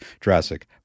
Jurassic